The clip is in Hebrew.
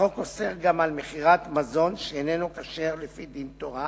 החוק אוסר גם מכירת מזון שאיננו כשר לפי דין תורה